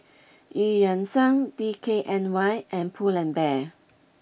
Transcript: Eu Yan Sang D K N Y and Pull N Bear